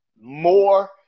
More